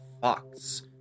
Fox